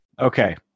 Okay